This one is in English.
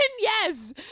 Yes